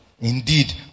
Indeed